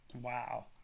Wow